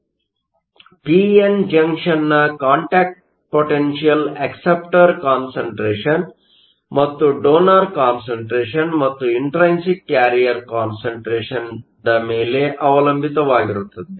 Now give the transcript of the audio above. ಆದ್ದರಿಂದ P N ಜಂಕ್ಷನ್Junctionನ contact ಪೊಟೆನ್ಷಿಯಲ್Contact potential ಅಕ್ಸೆಪ್ಟರ್ ಕಾನ್ಷಟ್ರೇಷನ್ ಮತ್ತು ಡೋನರ್ ಕಾನ್ಸಂಟ್ರೇಷನ್Donor concentration ಮತ್ತು ಇಂಟ್ರೈನ್ಸಿಕ್ ಕ್ಯಾರಿಯರ್ ಕಾನ್ಸಂಟ್ರೇಷನ್ ನ ಮೇಲೆ ಅವಲಂಬಿತವಾಗಿರುತ್ತದೆ